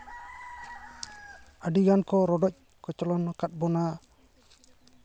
ᱟᱹᱰᱤ ᱜᱟᱱ ᱠᱚ ᱨᱚᱰᱚᱡ ᱠᱚᱪᱞᱚᱱᱟᱠᱟᱫ ᱵᱚᱱᱟ